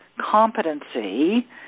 competency